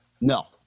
No